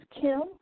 Kim